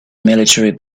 military